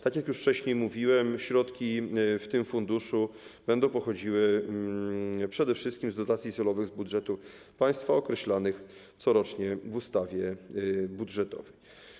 Tak jak wcześniej mówiłem, środki w tym funduszu będą pochodziły przede wszystkim z dotacji celowych z budżetu państwa określanych corocznie w ustawie budżetowej.